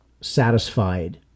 satisfied